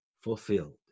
fulfilled